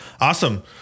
Awesome